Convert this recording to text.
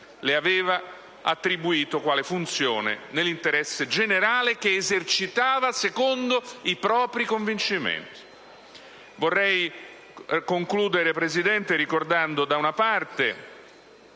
le aveva attribuito quale funzione, nell'interesse generale che esercitava secondo i propri convincimenti.